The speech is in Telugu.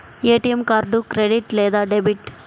ఏ.టీ.ఎం కార్డు క్రెడిట్ లేదా డెబిట్?